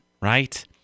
right